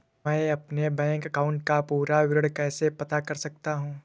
मैं अपने bank account का पूरा विवरण कैसे पता कर सकता हूँ?